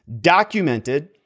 documented